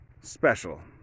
special